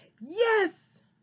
Yes